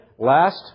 last